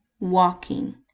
walking